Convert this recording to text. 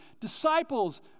disciples